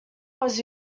was